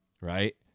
right